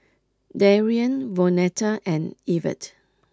Darrien Vonetta and Evert